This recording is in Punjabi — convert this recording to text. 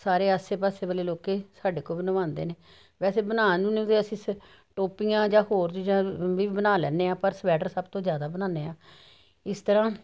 ਸਾਰੇ ਆਸੇ ਪਾਸੇ ਵਾਲੇ ਲੋਕੀਂ ਸਾਡੇ ਕੋ ਬਣਵਾਂਦੇ ਨੇ ਵੈਸੇ ਬਣਾਨ ਨੂੰ ਤੇ ਅਸੀਂ ਸ ਟੋਪੀਆਂ ਜਾਂ ਹੋਰ ਚੀਜਾਂ ਵੀ ਬਣਾ ਲੈਣੇ ਆਂ ਪਰ ਸਵੈਟਰ ਸਭ ਤੋਂ ਜਿਆਦਾ ਬਣਾਨੇ ਆਂ ਇਸ ਤਰ੍ਹਾਂ